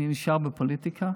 אני נשאר בפוליטיקה,